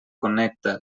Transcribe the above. connecta